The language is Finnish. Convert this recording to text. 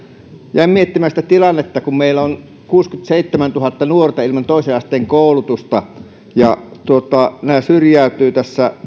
jäin miettimään sitä tilannetta kun meillä on kuusikymmentäseitsemäntuhatta nuorta ilman toisen asteen koulutusta ja he syrjäytyvät